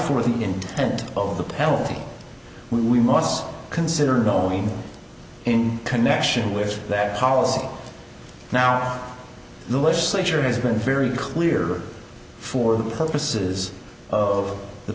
for the intent of the penalty we must consider going in connection with that policy now the legislature has been very clear for the purposes of the